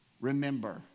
remember